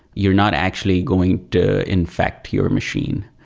you're not actually going to infect your machine.